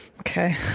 Okay